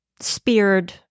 speared